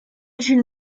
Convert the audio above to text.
jules